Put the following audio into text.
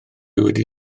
wedi